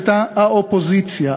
הייתה האופוזיציה.